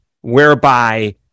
whereby